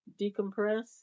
decompress